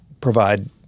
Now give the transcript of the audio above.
provide